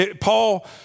Paul